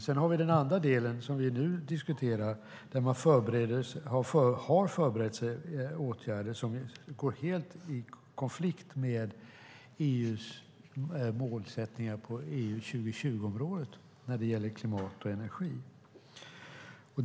Sedan har vi den andra delen som vi nu diskuterar där man har förberett åtgärder som står helt i konflikt med EU:s målsättningar på EU 2020-området när det gäller klimat och energi.